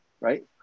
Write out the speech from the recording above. right